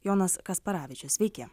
jonas kasparavičius sveiki